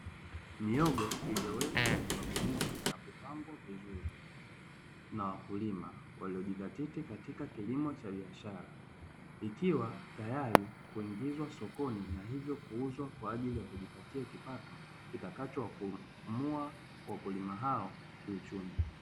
Mihogo iliyowekwa kwenye magunia na kupangwa vizuri na wakulima waliojizatiti katika kilimo cha biashara. Ikiwa tayari kuingizwa sokoni na ivyo kuuzwa kwa ajili ya kujipatia kipato, kitakachowakwamua wakulima hao kiuchumi.